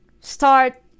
start